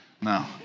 no